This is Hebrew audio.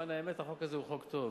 למען האמת, החוק הזה הוא חוק טוב,